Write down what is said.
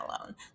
alone